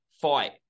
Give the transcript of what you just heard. fight